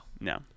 No